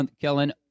Kellen